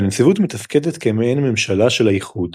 והנציבות מתפקדת כמעין ממשלה של האיחוד.